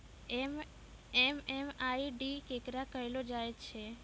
MMID केकरा कहलो जाय छै